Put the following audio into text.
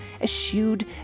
eschewed